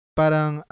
parang